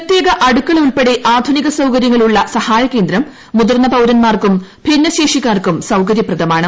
പ്രത്യേക അടുക്കള ഉൾപ്പെടെ ആധുനിക സൌകര്യങ്ങൾ ഉള്ളസഹായ കേന്ദ്രം മുതിർന്ന പൌരൻമാർക്കും ഭിന്നശേഷിക്കാർക്കും സൌകര്യപ്രദമാണ്